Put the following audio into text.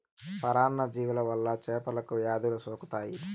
పరాన్న జీవుల వల్ల చేపలకు వ్యాధులు సోకుతాయి